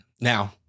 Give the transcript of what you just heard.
Now